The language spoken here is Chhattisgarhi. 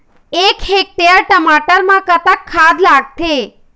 एक हेक्टेयर टमाटर म कतक खाद लागथे?